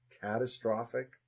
catastrophic